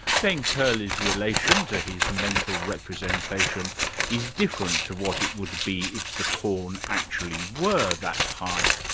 then curly's relation to his mental representation is different to what it would be if the corn actually were that high.